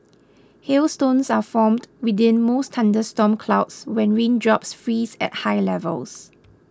hailstones are formed within most thunderstorm clouds when raindrops freeze at high levels